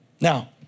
Now